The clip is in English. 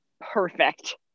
perfect